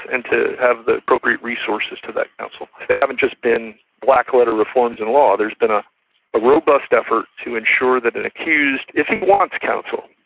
and to have the appropriate resources to that counsel. they haven't just been black-letter reforms in law, there's been a robust effort to ensure that an accused, if he wants counsel.